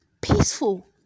peaceful